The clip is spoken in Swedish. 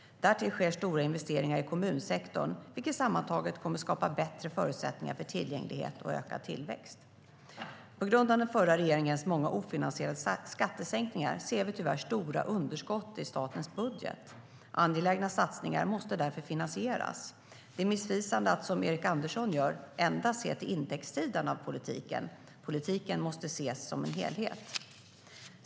Därtill sker stora investeringar i kommunsektorn, vilket sammantaget kommer att skapa bättre förutsättningar för tillgänglighet och ökad tillväxt. På grund av den förra regeringens många ofinansierade skattesänkningar ser vi tyvärr stora underskott i statens budget. Angelägna satsningar måste därför finansieras. Det är missvisande att, som Erik Andersson gör, endast se till intäktssidan av politiken. Politiken måste ses som en helhet.